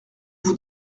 vous